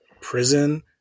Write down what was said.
prison